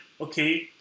okay